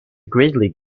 gridley